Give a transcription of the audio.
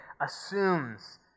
assumes